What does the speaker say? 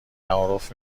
تعارف